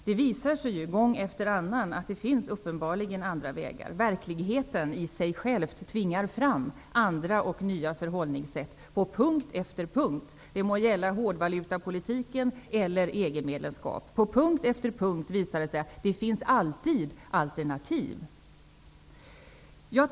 Det visar sig gång efter annan att det uppenbarligen finns andra vägar. Verkligheten i sig själv tvingar fram andra och nya förhållningssätt på punkt efter punkt. Det må gälla hårdvalutapolitiken eller EG-medlemskap. På punkt efter punkt visar det sig att det alltid finns alternativ.